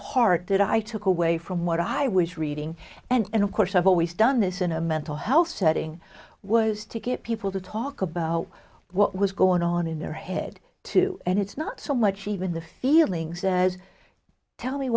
part that i took away from what i was reading and of course i've always done this in a mental health setting was to get people to talk about what was going on in their head too and it's not so much even the feelings tell me